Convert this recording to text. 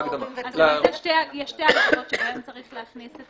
למעשה יש שתי הגדרות שבהן צריך להכניס את